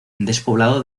despoblado